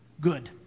good